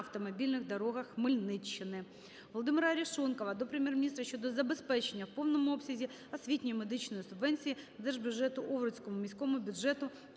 автомобільних дорогах Хмельниччини. Володимира Ареншонкова до Прем'єр-міністра щодо забезпечення в повному обсязі освітньої і медичної субвенцій з Держбюджету Овруцькому міському бюджету